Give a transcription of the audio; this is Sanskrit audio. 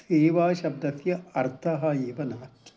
सेवाशब्दस्य अर्थः एव न